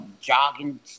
jogging